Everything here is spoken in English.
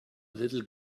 little